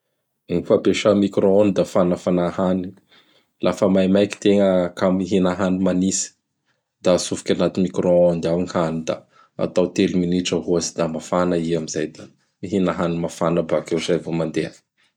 Gny fampiasa micro onde fa fanafana hany. Laha fa maimaiky tegna kamo ihina hany manitsy; da atsofoky agnaty micro onde ao gny hany; da atao telo minitra ohatsy da mafana i amin'izay. Mihina hany mafana bakeo izay vao mandeha.